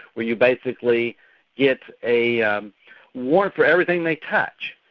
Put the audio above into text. where you basically get a um warrant for everything they touch,